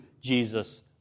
Jesus